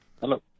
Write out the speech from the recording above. Hello